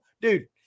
dude